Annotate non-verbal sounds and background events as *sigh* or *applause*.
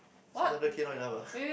six hundred K not enough ah *breath*